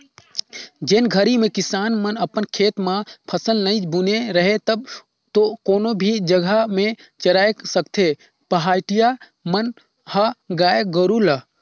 जेन घरी में किसान मन अपन खेत म फसल नइ बुने रहें तब तो कोनो भी जघा में चराय सकथें पहाटिया मन ह गाय गोरु ल